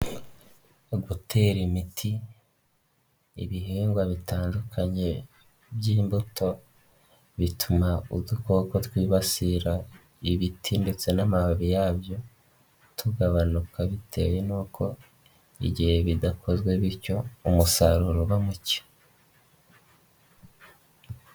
Gutera imiti ibihingwa bitandukanye by'imbuto bituma udukoko twibasira ibiti ndetse n'amababi yabyo tugabanuka bitewe nuko igihe bidakozwe bityo umusaruro uba muke.